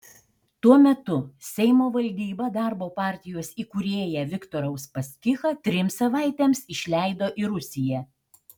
tuo metu seimo valdyba darbo partijos įkūrėją viktorą uspaskichą trims savaitėms išleido į rusiją